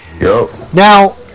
Now